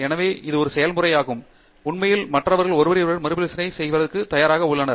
எனவே இது ஒரு செயல்முறையாகும் உண்மையில் மற்றவர்கள் ஒருவரையொருவர் மறுபரிசீலனை செய்வதற்கு தயாராக உள்ளனர்